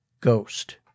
Ghost